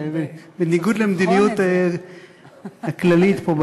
זה בניגוד למדיניות הכללית פה,